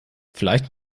vielleicht